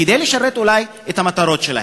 כדי לשרת אולי את המטרות שלהם.